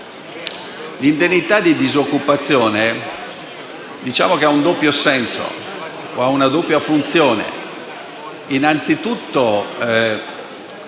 dell'indennità di disoccupazione, che ha un doppio senso, una doppia funzione. Innanzitutto,